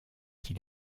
qui